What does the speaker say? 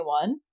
one